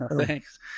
thanks